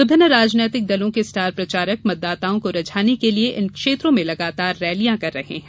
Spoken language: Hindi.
विभिन्न राजनीतिक दलों के स्टार प्रचारक मतदाताओं को रिझाने के लिये इन क्षेत्रों में लगातार रैलियां कर रहे हैं